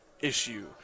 issue